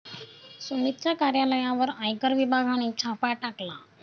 सुमितच्या कार्यालयावर आयकर विभागाने छापा टाकला